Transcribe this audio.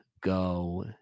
go